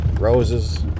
roses